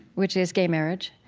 which is gay marriage.